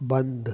बंदि